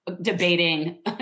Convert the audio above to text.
debating